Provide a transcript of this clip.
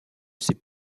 ces